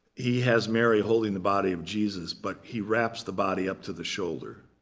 he has mary holding the body of jesus, but he wraps the body up to the shoulder